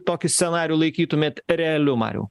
tokį scenarijų laikytumėt realiu mariau